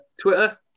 Twitter